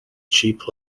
cheap